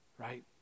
right